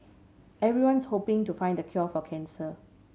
everyone's hoping to find the cure for cancer